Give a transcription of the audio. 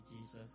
Jesus